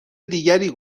دیگری